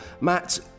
Matt